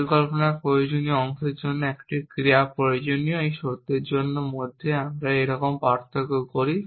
পরিকল্পনার প্রয়োজনীয় অংশের জন্য একটি ক্রিয়া প্রয়োজনীয় এই সত্যের মধ্যে আমরা একরকম পার্থক্য করি